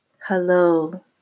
Hello